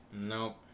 nope